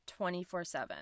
24-7